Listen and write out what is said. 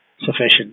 sufficient